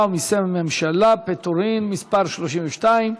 ומיסי הממשלה (פטורין) (מס' 32),